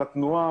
על התנועה,